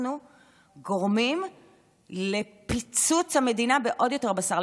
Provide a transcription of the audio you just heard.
אנחנו גורמים לפיצוץ המדינה בעוד יותר בשר,